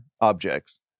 objects